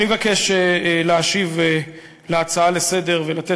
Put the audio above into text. אני מבקש להשיב על ההצעה לסדר-היום ולתת